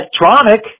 electronic